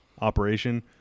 operation